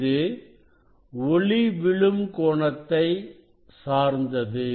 இது ஒளி விழும் கோணத்தை சார்ந்தது